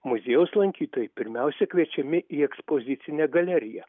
muziejaus lankytojai pirmiausia kviečiami į ekspozicinę galeriją